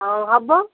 ହଉ ହେବ